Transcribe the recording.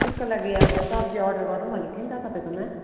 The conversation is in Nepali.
त्यसको लागि अब सब्जी अर्डर गरौँ भनेको थिएँ नि त तपाईँकोमा